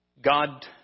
God